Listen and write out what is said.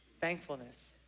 thankfulness